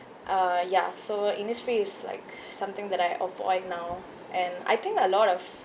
uh ya so Innisfree is like something that I avoid now and I think a lot of